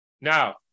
Now